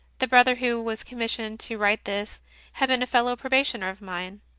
the brother who was commissioned to write this had been a fellow-probationer of mine,